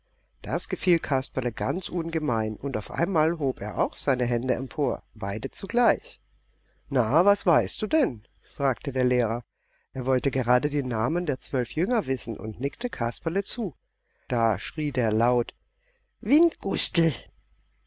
das gefiel kasperle ganz ungemein und auf einmal hob er auch seine hände empor beide zugleich na was weißt du denn fragte der lehrer er wollte gerade die namen der zwölf jünger wissen und nickte kasperle zu da schrie der laut